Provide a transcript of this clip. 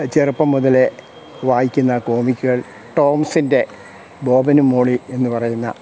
ചെറുപ്പം മുതലേ വായിക്കുന്ന കോമിക്കുകൾ ടോംസിൻ്റെ ബോബനും മോളി എന്നു പറയുന്ന